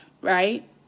right